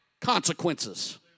consequences